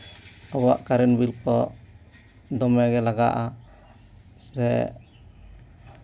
ᱟᱵᱚᱣᱟᱜ current bill ᱠᱚ ᱫᱚᱢᱮᱜᱮ ᱞᱟᱜᱟᱜᱼᱟ ᱥᱮ